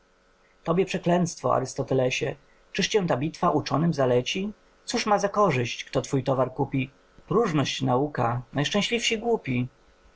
tobie przeklęctwo arystotelesie czyż cię ta bitwa uczonym zaleci cóż ma za korzyść kto twój towar kupi próżność nauka najszczęśliwsi głupi